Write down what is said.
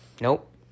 Nope